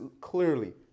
clearly